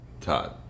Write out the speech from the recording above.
Todd